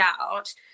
out